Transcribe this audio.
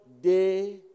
day